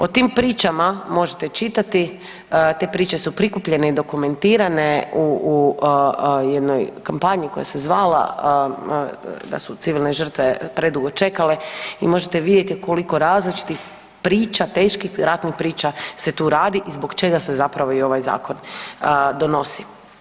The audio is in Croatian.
O tim pričama možete čitati, te priče su prikupljene i dokumentirane u jednoj kampanji koja se zvala da su civilne žrtve predugo čekale i možete vidjeti koliko različitih priča, teških ratnih priča se tu radi i zbog čega se zapravo i ovaj zakon donosi.